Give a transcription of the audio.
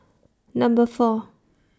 Number four